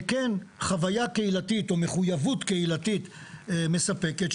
אבל כן חוויה קהילתית או מחויבות קהילתית מספקת,